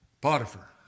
Potiphar